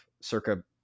circa